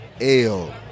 Ale